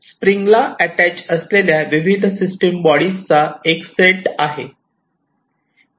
स्प्रिंगला attach असलेल्या विविध system बॉडीजचा एक सेट आहे